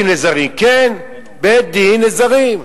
אז מה אם בית-דין לזרים, כן, בית-דין לזרים.